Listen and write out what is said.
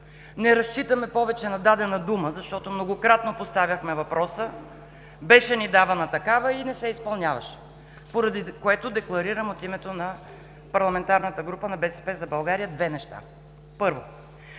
Не разчитаме повече на дадена дума, защото многократно поставяхме въпроса, беше ни давана такава и не се изпълняваше, поради което декларирам от името на парламентарната група на „БСП за България“ две неща. Първо,